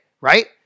right